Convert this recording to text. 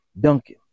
Duncan